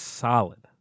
solid